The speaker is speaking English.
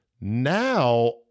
Now